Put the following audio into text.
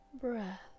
breath